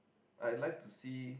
I like to see